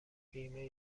بیمه